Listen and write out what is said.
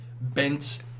bent